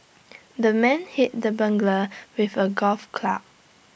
the man hit the burglar with A golf club